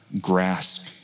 grasp